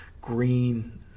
green